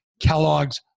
Kellogg's